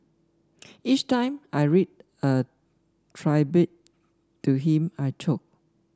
each time I read a tribute to him I choke